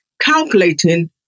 calculating